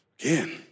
again